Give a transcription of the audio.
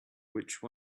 which